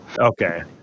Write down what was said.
okay